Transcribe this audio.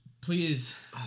Please